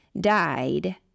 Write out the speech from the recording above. died